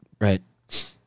right